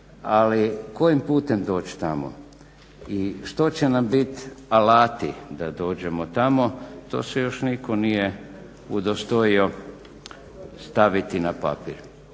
ali kojim putem doći tamo i što će nam biti alati da dođemo tamo to se još nitko nije udostojio staviti na papir.